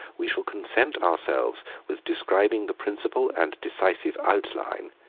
we shall content ourselves with describing the principal and decisive outline,